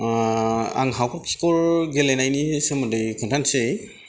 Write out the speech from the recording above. आं हाखर खिखर गेलेनायनि सोमोन्दै खोन्थानोसै